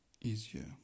easier